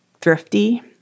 thrifty